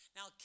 Now